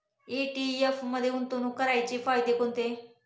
ETF मध्ये गुंतवणूक करण्याचे फायदे कोणते?